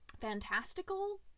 fantastical